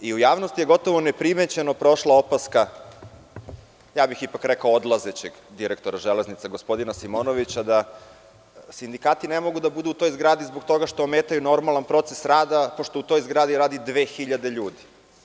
U javnosti je gotovo neprimećeno prošla opaska, ja bih ipak rekao odlazećeg direktora „Železnica“, gospodina Simonovića, da sindikati ne mogu da budu u toj zgradi zbog toga što ometaju normalan proces rada pošto u toj zgradi radi 2.000 ljudi.